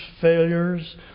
failures